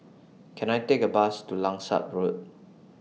Can I Take A Bus to Langsat Road